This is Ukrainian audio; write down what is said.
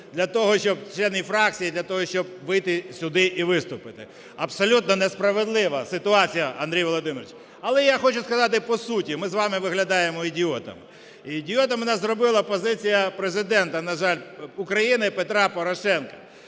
для того, щоб вийти сюди і виступити. Абсолютно несправедлива ситуація, Андрій Володимирович. Але я хочу сказати по суті. Ми з вами виглядаємо ідіотами. Ідіотами нас зробила позиція Президента, на жаль, України Петра Порошенка.